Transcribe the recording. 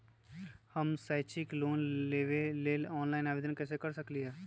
हम शैक्षिक लोन लेबे लेल ऑनलाइन आवेदन कैसे कर सकली ह?